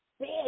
Big